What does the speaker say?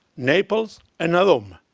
naples, and ah rome.